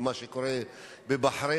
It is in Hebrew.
ומה שקורה בבחריין,